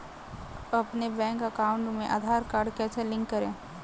अपने bank account में Aadhaar card कैसे लिंक करें?